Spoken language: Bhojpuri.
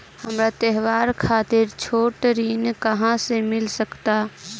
हमरा त्योहार खातिर छोट ऋण कहाँ से मिल सकता?